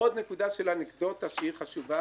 עוד אנקדוטה שהיא חשובה